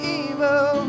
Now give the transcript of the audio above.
evil